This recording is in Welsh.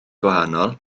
gwahanol